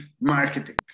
marketing